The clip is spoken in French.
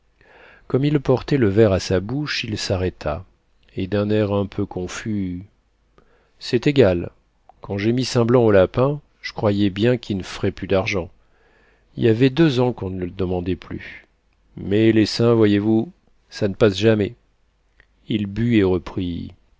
comme il portait le verre à sa bouche il s'arrêta et d'un air un peu confus c'est égal quand j'ai mis saint blanc aux lapins j'croyais bien qu'i n'f'rait pu d'argent y avait deux ans qu'on n'le d'mandait plus mais les saints voyez-vous ça n'passe jamais il but et reprit